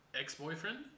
ex-boyfriend